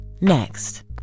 Next